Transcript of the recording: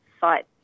site